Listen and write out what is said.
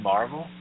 Marvel